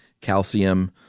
calcium